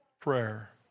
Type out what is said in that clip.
prayer